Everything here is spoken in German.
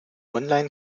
online